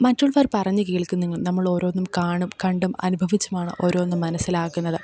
മറ്റുള്ളവർ പറഞ്ഞു കേൾക്കുന്നതും നമ്മളോരോന്നും കാണും കണ്ടും അനുഭവിച്ചുമാണ് ഓരോന്നും മനസ്സിലാക്കുന്നത്